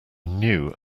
new